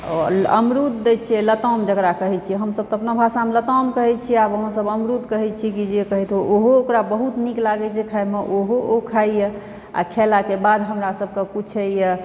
अमरुद दै छियै लताम जेकरा कहै छै हमसब अपना भाषामे तऽ लताम कहै छी आब अहाँ सब अमरुद कहै छी जेकि कहै छी ओकरो बहुत नीक लागै छै खायमे ओहो खाइया आ खेलाके बाद हमरा सबके पूछैया